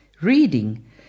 Reading